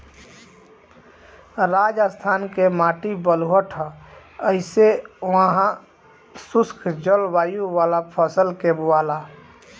राजस्थान के माटी बलुअठ ह ऐसे उहा शुष्क जलवायु वाला फसल के बोआला